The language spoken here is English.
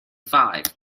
five